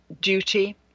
duty